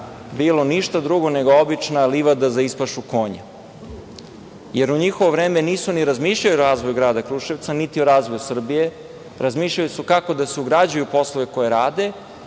bilo ništa drugo nego obična livada za ispašu konja, jer u njihovo vreme nisu ni razmišljali o razvoju grada Kruševca, niti o razvoju Srbije. Razmišljali su kako da se ugrađuju u poslove koje rade,